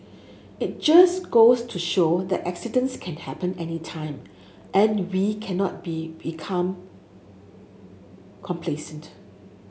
it just goes to show that accidents can happen anytime and we cannot be become complacent